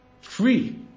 free